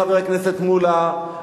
חבר הכנסת מולה,